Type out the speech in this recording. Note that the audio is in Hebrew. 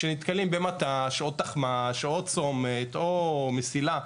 כשנתקלים במט"ש או תחמ"ש או צומת או מסילה,